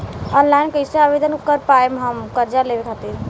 Online कइसे आवेदन कर पाएम हम कर्जा लेवे खातिर?